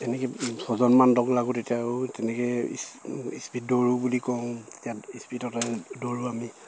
তেনেকে ছজনমান লগ লাগো তেতিয়া আৰু তেনেকে ইস্পীড দৌৰোঁ বুলি কওঁ ইস্পীডতে দৌৰোঁ আমি